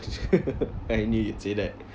I knew you'd say that